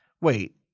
Wait